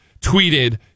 tweeted